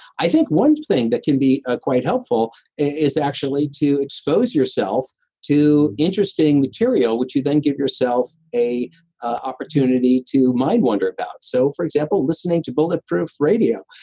i think one thing that can be ah quite helpful is actually to expose yourself to interesting material which you then give yourself a opportunity to mind wonder about so, for example, listening to bulletproof radio,